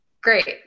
Great